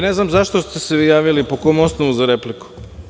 Ne znam zašto ste se vi javili, po kom osnovu za repliku?